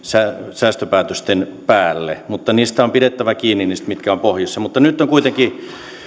säästöpäätösten päälle mutta on pidettävä kiinni niistä mitkä ovat pohjissa mutta nyt on kuitenkin